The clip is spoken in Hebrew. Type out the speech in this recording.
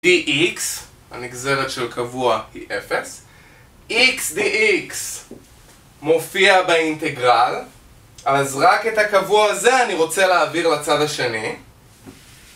dx הנגזרת של קבוע היא 0, xdx מופיע באינטגרל, אז רק את הקבוע הזה אני רוצה להעביר לצד השני.